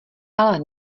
ale